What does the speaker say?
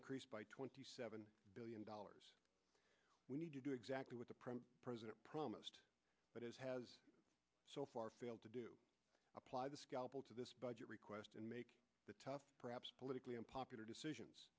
increased by twenty seven billion dollars we need to do exactly what the president promised but has so far failed to do apply the scalpel to this budget request and make the tough perhaps politically unpopular decisions